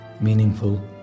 meaningful